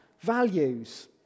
values